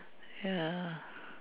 ya